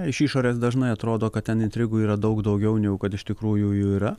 iš išorės dažnai atrodo kad ten intrigų yra daug daugiau negu kad iš tikrųjų jų yra